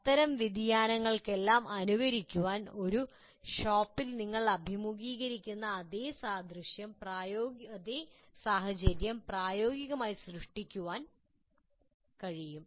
അത്തരം വ്യതിയാനങ്ങളെല്ലാം അനുകരിക്കാനും ഒരു ഷോപ്പിൽ നിങ്ങൾ അഭിമുഖീകരിക്കുന്ന അതേ സാഹചര്യങ്ങൾ പ്രായോഗികമായി സൃഷ്ടിക്കാനും കഴിയും